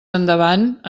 endavant